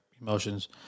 emotions